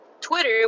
Twitter